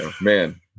Man